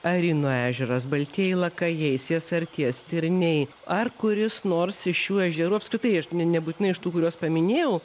arino ežeras baltieji lakajai siesarties stirniai ar kuris nors iš šių ežerų apskritai aš nebūtinai iš tų kuriuos paminėjau